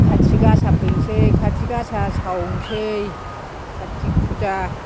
काति गासा हैसै काति गासा सावनोसै काति फुजा